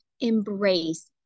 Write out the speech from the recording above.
embrace